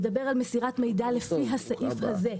מדבר על מסירת מידע לפי הסעיף הזה.